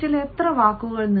മിനിറ്റിൽ എത്ര വാക്കുകൾ